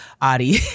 Adi